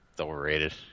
overrated